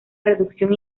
reducción